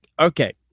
Okay